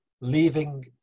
leaving